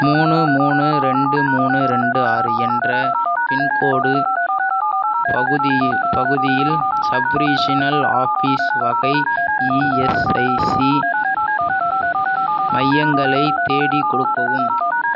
மூணு மூணு ரெண்டு மூணு ரெண்டு ஆறு என்ற பின்கோடு பகுதி பகுதியில் சப்ரீஜினல் ஆஃபீஸ் வகை இஎஸ்ஐசி மையங்களைத் தேடிக் கொடுக்கவும்